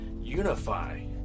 unify